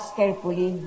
carefully